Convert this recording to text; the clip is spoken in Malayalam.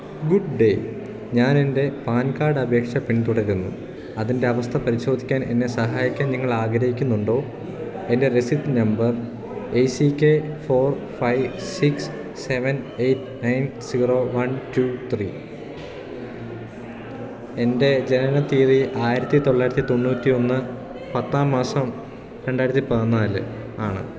ഗുഡ് ഡേ ഞാനെൻ്റെ പാൻ കാർഡ് അപേക്ഷ പിന്തുടരുന്നു അതിൻ്റെ അവസ്ഥ പരിശോധിക്കാൻ എന്നെ സഹായിക്കാൻ നിങ്ങളാഗ്രഹിക്കുന്നുണ്ടോ എൻ്റെ രസീത് number A C K four five six seven eight nine zero one two three എൻ്റെ ജനന തീയതി ആയിരത്തി തൊള്ളായിരത്തി തൊണ്ണൂറ്റി ഒന്ന് പത്താം മാസം രണ്ടായിരത്തി പതിനാല് ആണ്